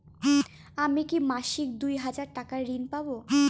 আমি কি মাসিক দুই হাজার টাকার ঋণ পাব?